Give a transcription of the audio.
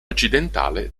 occidentale